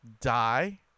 Die